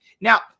now